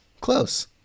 Close